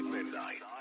Midnight